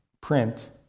print